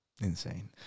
insane